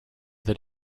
that